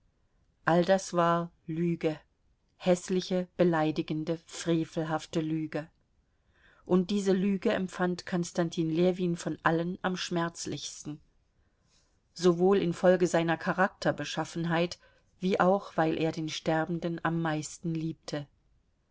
all das war lüge häßliche beleidigende frevelhafte lüge und diese lüge empfand konstantin ljewin von allen am schmerzlichsten sowohl infolge seiner charakterbeschaffenheit wie auch weil er den sterbenden am meisten liebte